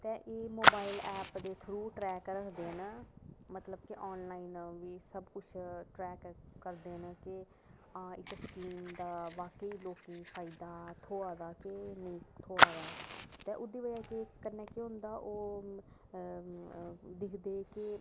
ते एह् mobile app दे थ्रू ट्रैक रखदे न मतलब कि ऑनलाईन सबकुछ ट्रैक करदे न की आं इस स्कीम दा बड़ा फायदा थ्होआ दा की नेईं थ्होआ दा ते ओह्दी बजह कन्नै केह् होंदा की ओह् दिक्खदे कि